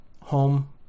home